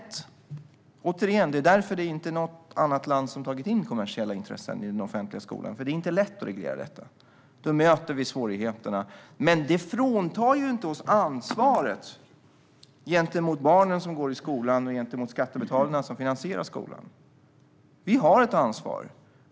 Det är, återigen, därför som inget annat land har tagit in kommersiella intressen i den offentliga skolan - det är nämligen inte lätt att reglera detta. Då möter vi svårigheterna. Detta fråntar oss dock inte ansvaret gentemot barnen som går i skolan och gentemot skattebetalarna som finansierar skolan. Vi har ett ansvar.